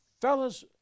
Fellas